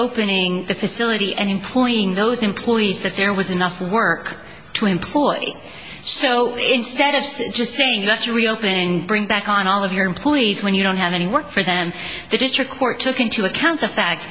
reopening the facility and employing those employees that there was enough work to employ so instead of sit just saying that's reopening bring back on all of your employees when you don't have any work for them the district court took into account the fact